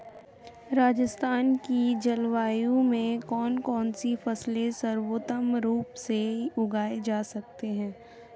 राजस्थान की जलवायु में कौन कौनसी फसलें सर्वोत्तम रूप से उगाई जा सकती हैं?